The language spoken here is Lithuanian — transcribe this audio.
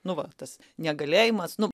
nu va tas negalėjimas nu